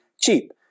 cheap